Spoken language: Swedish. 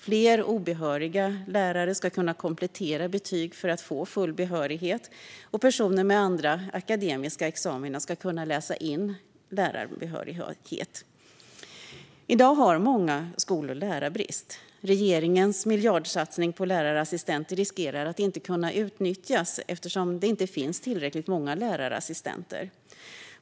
Fler obehöriga lärare ska kunna komplettera betyg för att få full behörighet, och personer med andra akademiska examina ska kunna läsa in lärarbehörighet. I dag har många skolor lärarbrist. Regeringens miljardsatsning på lärarassistenter riskerar att inte kunna utnyttjas eftersom det inte finns tillräckligt många lärarassistenter.